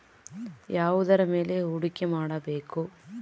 ಯಾವುದರ ಮೇಲೆ ಹೂಡಿಕೆ ಮಾಡಬೇಕು?